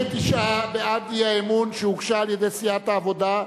39 בעד הצעת האי-אמון שהוגשה על-ידי סיעת העבודה,